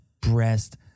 breast